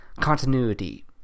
continuity